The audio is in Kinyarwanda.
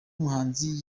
muhanzi